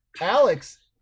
Alex